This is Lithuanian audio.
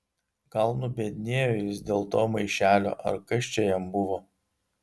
gal nubiednėjo jis dėl to maišelio ar kas čia jam buvo